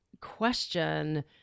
question